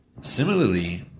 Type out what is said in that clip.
Similarly